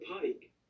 pike